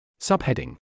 Subheading